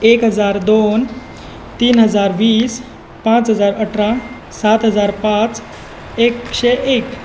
एक हजार दोन तीन हजार वीस पांच हजार अठरा सात हजार पांच एकशें एक